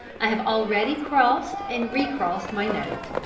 i have already crossed and recrossed my note,